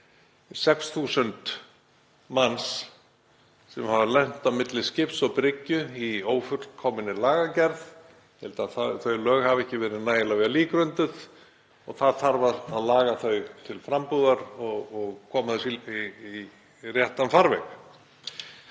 6.000 manns sem hafa lent á milli skips og bryggju í ófullkominni lagagerð. Ég held að þau lög hafi ekki verið nægilega vel ígrunduð og það þarf að laga þau til frambúðar og koma þessu í réttan farveg.